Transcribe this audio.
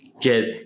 get